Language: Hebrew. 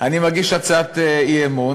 אני מגיש הצעת אי-אמון,